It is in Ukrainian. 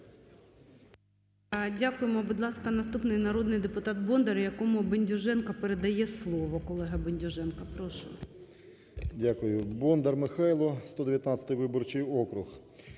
Дякуємо. Будь ласка, наступний народний депутат Бондар, якому Бендюженко передає слово.